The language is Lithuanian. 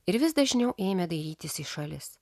ir vis dažniau ėmė dairytis į šalis